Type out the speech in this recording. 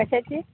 कशाची